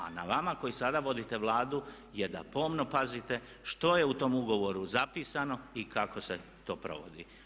A na vama koji sada vodite Vladu je da pomno pazite što je u tom ugovoru zapisano i kako se to provodi.